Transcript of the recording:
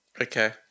Okay